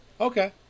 Okay